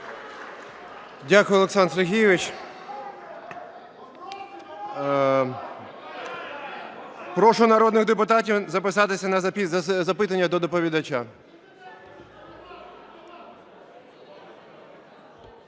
Дякую, Олександр Сергійович. Прошу народних депутатів записатися на запитання до доповідача.